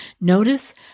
Notice